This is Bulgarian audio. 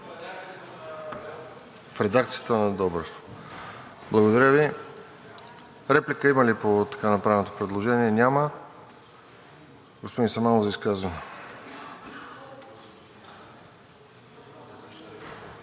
В редакцията на Добрев. Благодаря Ви. Реплика има ли по така направеното предложение? Няма. Господин Самандов, за изказване.